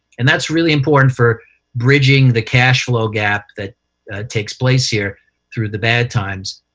and that's really important for bridging the cashflow gap that takes place here through the bad times,